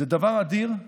זה דבר אדיר,